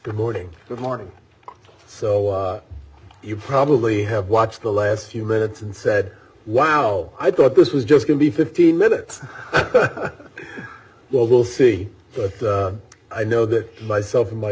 good morning good morning so you probably have watched the last few minutes and said wow i thought this was just going to be fifteen minutes well we'll see but i know that myself and my